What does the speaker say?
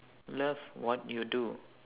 love what you do